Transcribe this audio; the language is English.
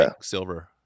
silver